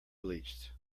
bleached